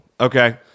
Okay